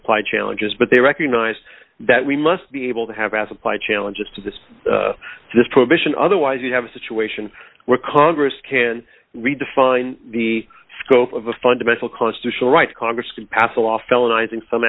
applied challenges but they recognize that we must be able to have as applied challenges to this this provision otherwise you have a situation where congress can redefine the scope of a fundamental constitutional right congress could pass a law felon izing some